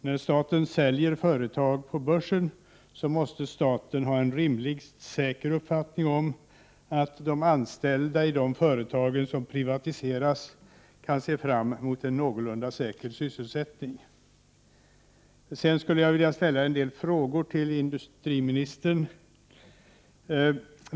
När staten säljer företag på börsen måste staten ha en rimligt säker uppfattning om att de anställda i de företag som privatiseras kan se fram mot en någorlunda säker sysselsättning. Jag skulle vilja ställa en del frågor till industriministern.